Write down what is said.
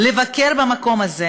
לבקר במקום הזה